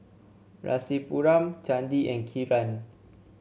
Rasipuram Chandi and Kiran